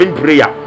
prayer